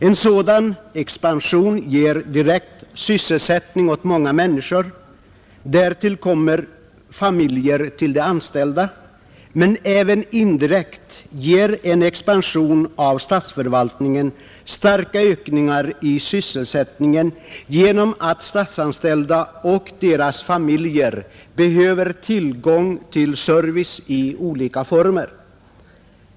En sådan expansion ger direkt sysselsättning åt många människor, och därtill kommer de anställdas familjer. Men även indirekt ger en expansion av statsförvaltningen starka ökningar i sysselsättningen genom att statsanställda och deras familjer behöver tillgång till service i olika former.